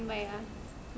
but ya